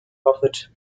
offered